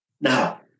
Now